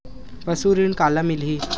पशु ऋण काला मिलही?